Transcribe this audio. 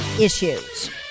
issues